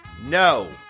No